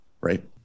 right